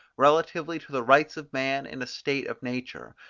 relatively to the rights of man in a state of nature,